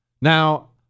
Now